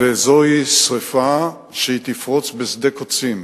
וזו שרפה שתפרוץ בשדה קוצים.